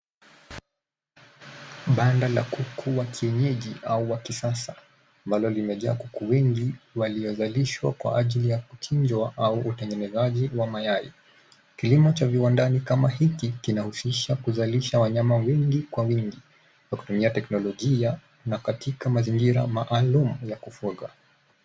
Banda la kuku wa kienyeji au wa kisasa ambalo limejaa kuku wengi waliozalishwa kwa ajili ya kuchinjwa au utengenezaji wa mayai. Kilimo cha viwandani kama hiki kinahusisha kuzalisha wanyama wengi kwa wingi kwa kutumia teknolojia na katika mazingira maalum ya kufuga.